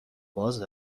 باز